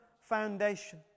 foundation